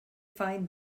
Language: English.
find